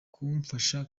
kumfasha